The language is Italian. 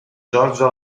giorgio